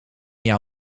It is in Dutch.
jou